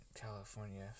California